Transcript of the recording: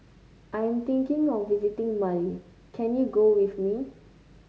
I'm thinking of visiting Mali can you go with me